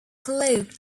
cloak